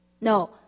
No